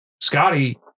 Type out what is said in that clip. Scotty